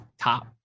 top